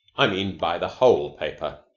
i mean buy the whole paper.